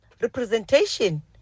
representation